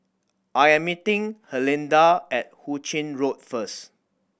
I am meeting Herlinda at Hu Ching Road first